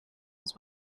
this